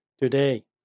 Today